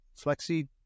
Flexi